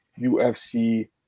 UFC